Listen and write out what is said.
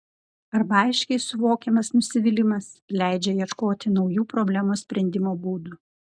arba aiškiai suvokiamas nusivylimas leidžia ieškoti naujų problemos sprendimo būdų